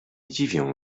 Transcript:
dziwią